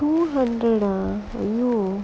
tour வந்து நான் இன்னியும்:vanthu naan innyum